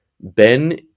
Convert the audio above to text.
Ben